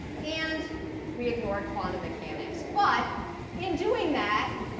and we ignored quantum mechanics, but in doing that,